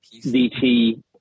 DT